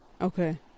okay